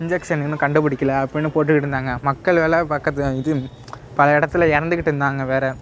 injection இன்னும் கண்டுபிடிக்கில அப்படின்னு போட்டுக்கிட்டு இருந்தாங்க மக்கள் எல்லாம் பக்கத்தில் இது பல இடத்துல இறந்துகிட்டு இருந்தாங்க வேற